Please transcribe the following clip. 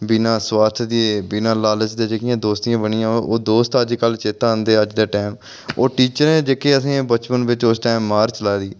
बिना सबार्थ दे बिना लालच दे जेह्कियां दोस्तियां बनियां ओह् दोस्त अजकल चेता आंह्दे अज्ज दे टैम ओह् टीटरें जेह्के असें गी बचपन च उस टाइम मार चलाई दी